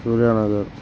Surya Nagar